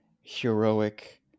heroic